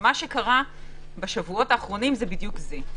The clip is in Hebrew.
מה שקרה בשבועת האחרונים זה בדיוק זה.